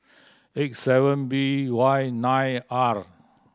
eight seven B Y nine R